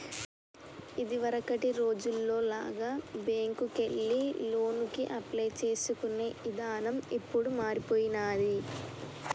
ఇదివరకటి రోజుల్లో లాగా బ్యేంకుకెళ్లి లోనుకి అప్లై చేసుకునే ఇదానం ఇప్పుడు మారిపొయ్యినాది